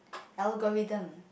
algorithm